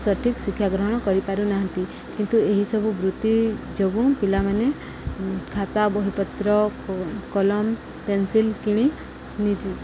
ସଠିକ ଶିକ୍ଷା ଗ୍ରହଣ କରିପାରୁନାହାନ୍ତି କିନ୍ତୁ ଏହିସବୁ ବୃତ୍ତି ଯୋଗୁଁ ପିଲାମାନେ ଖାତା ବହିପତ୍ର କଲମ ପେନସିଲ କିଣି ନିଜେ